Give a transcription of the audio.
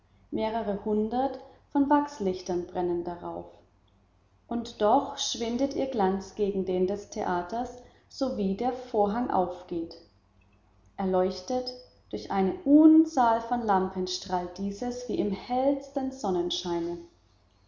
mehrere hundert von wachslichtern brennen darauf und doch schwindet ihr glanz gegen den des theaters sowie der vorhang aufgeht erleuchtet durch eine unzahl von lampen strahlt dieses wie im hellsten sonnenscheine